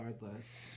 regardless